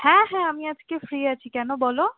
হ্যাঁ হ্যাঁ আমি আজকে ফ্রি আছি কেন বলো